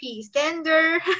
standard